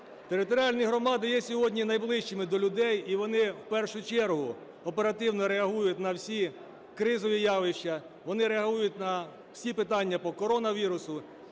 Територіальні громади є сьогодні найближчими до людей, і вони в першу чергу оперативно реагують на всі кризові явища, вони реагують на всі питання по коронавірусу.